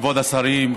כבוד השרים,